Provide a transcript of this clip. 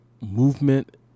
movement